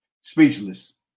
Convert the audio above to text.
Speechless